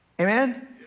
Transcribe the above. Amen